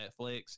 Netflix